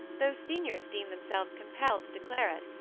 those seniors deemed themselves compelled to declare it,